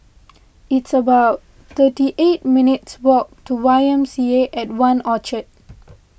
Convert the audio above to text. it's about thirty eight minutes' walk to YMCA at one Orchard